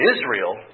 Israel